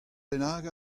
bennak